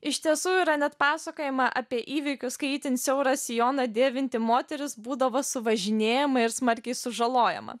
iš tiesų yra net pasakojama apie įvykius kai itin siaurą sijoną dėvinti moteris būdavo suvažinėjama ir smarkiai sužalojama